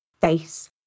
face